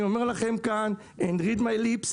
אני אומר לכם כאן ותקראו את השפתיים שלי,